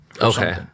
Okay